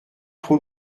trop